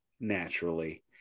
naturally